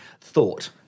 thought